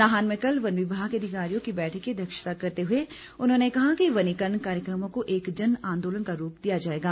नाहन में कल वन विभाग के अधिकारियों की बैठक की अध्यक्षता करते हुए उन्होंने कहा कि वनीकरण कार्यक्रमों को एक जन आंदोलन का रूप दिया जाएगा